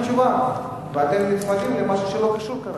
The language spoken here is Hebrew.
תשובה, ואתם נצמדים למשהו שלא קשור כרגע.